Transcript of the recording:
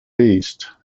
east